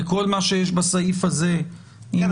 וכל מה שיש בסעיף הזה --- כן,